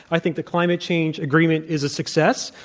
i think the climate change agreement is a success.